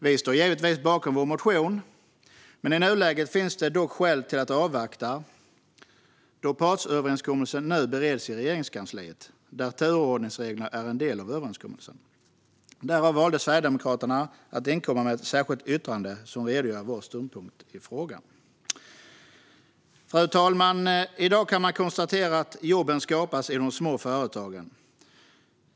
Vi står givetvis bakom vår motion, men i nuläget finns det skäl att avvakta då partsöverenskommelsen nu bereds i Regeringskansliet och turordningsreglerna är en del av överenskommelsen. Därför valde Sverigedemokraterna att inkomma med ett särskilt yttrande som redogör för vår ståndpunkt i frågan. Fru talman! I dag kan man konstatera att jobben skapas i de små företagen.